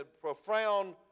profound